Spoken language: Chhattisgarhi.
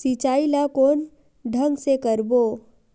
सिंचाई ल कोन ढंग से करबो?